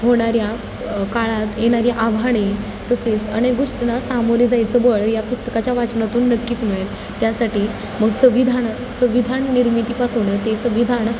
होणाऱ्या काळात येणारी आव्हाने तसेच अनेक गोष्टींना सामोरे जायचं बळ या पुस्तकाच्या वाचनातून नक्कीच मिळेल त्यासाठी मग संविधान संविधान निर्मितीपासून ते संविधान